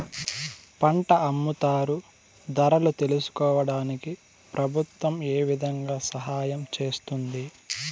పంట అమ్ముతారు ధరలు తెలుసుకోవడానికి ప్రభుత్వం ఏ విధంగా సహాయం చేస్తుంది?